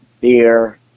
beer